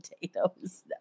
potatoes